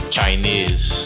Chinese